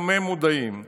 גם הם מודעים לכך,